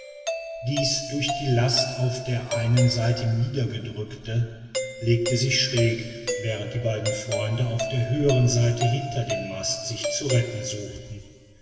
dieses durch die last auf der einen seite niedergedrückt legte sich schräg während die beiden freunde auf der höheren seite hinter den mast sich zu retten suchten